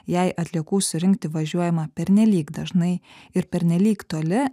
jei atliekų surinkti važiuojama pernelyg dažnai ir pernelyg toli